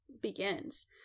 begins